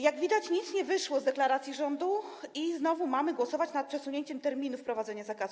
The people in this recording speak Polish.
Jak widać, nic nie wyszło z deklaracji rządu i znowu mamy głosować nad przesunięciem terminu wprowadzenia zakazu.